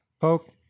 Poke